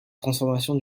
transformation